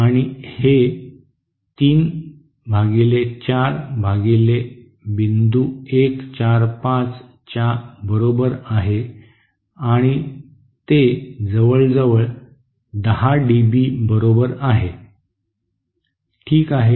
आणि ते तीन भागिले चार भागिले बिंदू 1 4 5 च्या बरोबर आहे आणि ते जवळजवळ 10 डीबी बरोबर आहे ठीक आहे